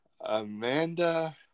Amanda